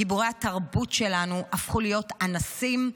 גיבורי התרבות שלנו הפכו להיות אנסים,